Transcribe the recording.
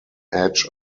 edge